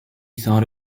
thought